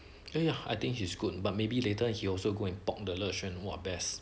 ya ya I think he's good but maybe later he also go and pok the le xuan !wah! best lah